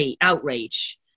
outrage